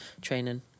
training